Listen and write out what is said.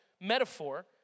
metaphor